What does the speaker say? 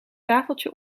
tafeltje